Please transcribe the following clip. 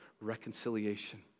reconciliation